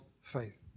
faith